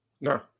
No